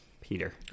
Peter